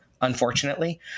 unfortunately